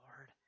Lord